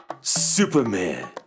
Superman